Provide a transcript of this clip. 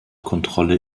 kontrolle